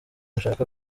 nshaka